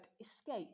escape